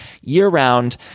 year-round